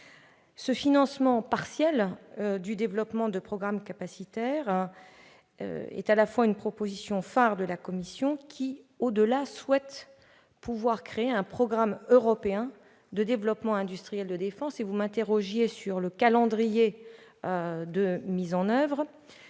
Le financement partiel du développement de programmes capacitaires est une proposition phare de la Commission qui, au-delà, souhaite pouvoir créer un programme européen de développement industriel de défense. Vous m'avez interrogée sur le calendrier de mise en oeuvre